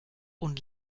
und